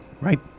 Right